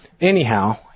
Anyhow